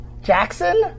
jackson